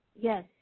Yes